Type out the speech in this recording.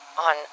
on